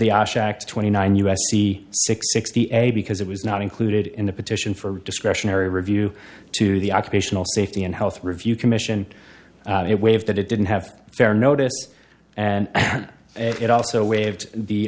act twenty nine us c sixty a because it was not included in the petition for discretionary review to the occupational safety and health review commission it waived that it didn't have a fair notice and it also waived the